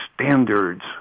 standards